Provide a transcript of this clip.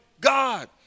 God